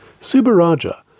Subaraja